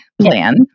plan